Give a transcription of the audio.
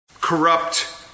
corrupt